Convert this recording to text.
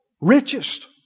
Richest